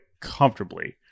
comfortably